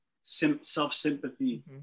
self-sympathy